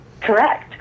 Correct